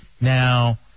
Now